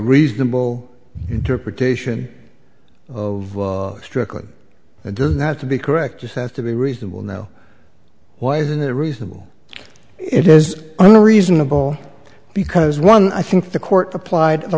reasonable interpretation of strickland does not to be correct just have to be reasonable now why isn't it reasonable it is on a reasonable because one i think the court applied the